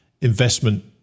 investment